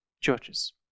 churches